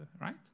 right